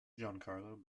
giancarlo